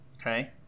Okay